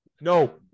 No